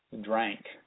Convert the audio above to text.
drank